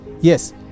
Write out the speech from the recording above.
Yes